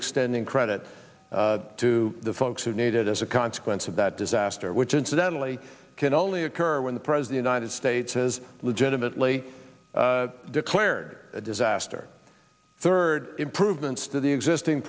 extending credit to the folks who need it as a consequence of that disaster which incidentally can only occur when the president ited states is legitimately declared a disaster third improvements to the existing